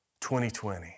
2020